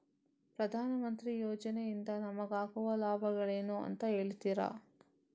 ಪ್ರಧಾನಮಂತ್ರಿ ಯೋಜನೆ ಇಂದ ನಮಗಾಗುವ ಲಾಭಗಳೇನು ಅಂತ ಹೇಳ್ತೀರಾ?